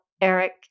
Eric